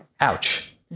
Ouch